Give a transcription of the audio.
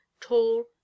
tall